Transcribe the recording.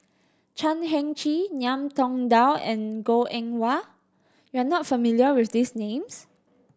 Chan Heng Chee Ngiam Tong Dow and Goh Eng Wah you are not familiar with these names